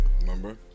remember